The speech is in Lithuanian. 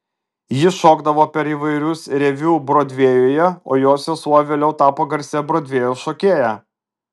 jis šokdavo per įvairius reviu brodvėjuje o jo sesuo vėliau tapo garsia brodvėjaus šokėja